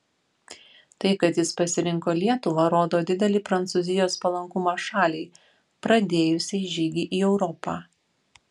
tai kad jis pasirinko lietuvą rodo didelį prancūzijos palankumą šaliai pradėjusiai žygį į europą